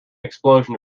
explosion